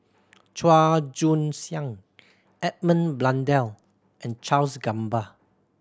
Chua Joon Siang Edmund Blundell and Charles Gamba